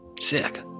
Sick